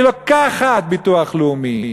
היא לוקחת ביטוח לאומי